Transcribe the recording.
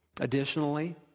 Additionally